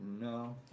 No